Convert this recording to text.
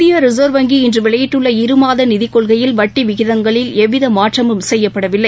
இந்திய ரிசர்வ் வங்கி இன்று வெளியிட்டுள்ள இருமாத நிதிக்கொள்கையில் வட்டி விகிதங்களில் எவ்வித மாற்றமும் செய்யப்படவில்லை